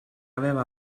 aveva